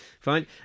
Fine